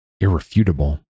irrefutable